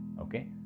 okay